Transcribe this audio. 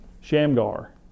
Shamgar